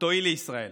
תועיל לישראל,